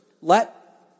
Let